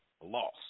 loss